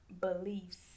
beliefs